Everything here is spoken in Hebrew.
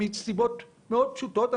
הסיבות הן מאוד פשוטות,